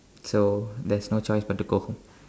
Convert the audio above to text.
so there's no choice but to go home